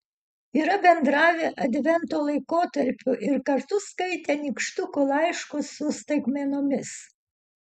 yra bendravę advento laikotarpiu ir kartu skaitę nykštukų laiškus su staigmenomis